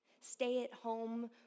stay-at-home